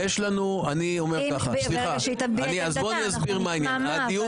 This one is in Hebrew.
היא תביע את עמדתה ונשמע אותה,